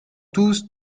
tous